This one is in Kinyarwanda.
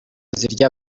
zirya